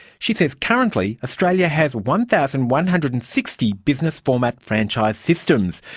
she says currently australia has one thousand one hundred and sixty business format franchise systems,